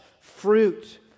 fruit